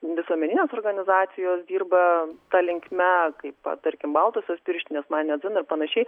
visuomeninės organizacijos dirba ta linkme kaip tarkim baltosios pirštinės man ne dzin ir panašiai